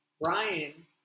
Brian